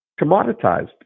commoditized